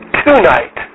tonight